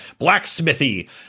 blacksmithy